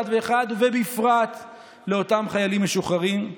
ואחד ובפרט לאותם חיילים משוחררים.